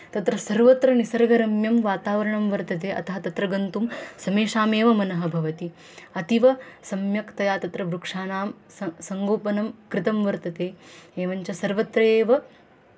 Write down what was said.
तत्र सर्वत्र निसर्गरम्यं वातावरणं वर्तते अतः तत्र गन्तुं समेषामेव मनः भवति अतीव सम्यक्तया तत्र वृक्षाणां स सङ्गोपनं कृतं वर्तते एवञ्च सर्वत्र एव